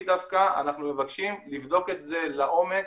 דווקא אנחנו מבקשים לבדוק את זה לעומק,